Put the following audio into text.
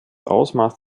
ausmaß